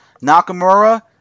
Nakamura